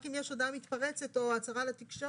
רק אם יש הודעה מתפרצת או הצהרה לתקשורת,